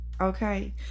Okay